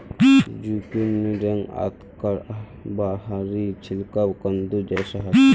जुकिनीर रंग, आकार आर बाहरी छिलका कद्दू जैसा ह छे